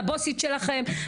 לבוסית שלכם,